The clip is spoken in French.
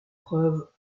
preuves